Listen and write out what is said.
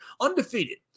undefeated